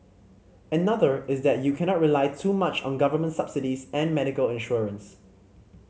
another is that you cannot rely too much on government subsidies and medical insurance